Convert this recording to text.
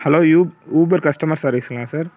hello யூப் Uber customer சர்வீஸ்ங்களா sir